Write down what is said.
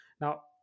Now